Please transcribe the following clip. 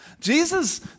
Jesus